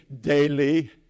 daily